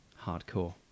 hardcore